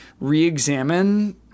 re-examine